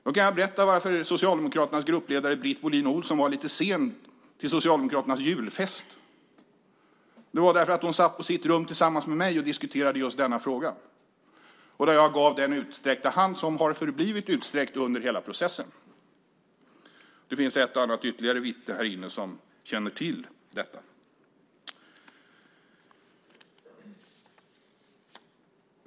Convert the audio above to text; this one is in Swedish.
Då kan jag berätta varför Socialdemokraternas gruppledare, Britt Bohlin Olsson, var lite sen till Socialdemokraternas julfest. Det var därför att hon satt på sitt rum tillsammans med mig och diskuterade just denna fråga. Där räckte jag fram den utsträckta hand som har förblivit utsträckt under hela processen. Det finns ett och annat ytterligare vittne som känner till detta.